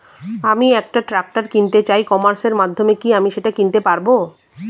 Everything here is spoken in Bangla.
আমি একটা ট্রাক্টর কিনতে চাই ই কমার্সের মাধ্যমে কি আমি সেটা কিনতে পারব?